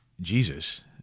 Jesus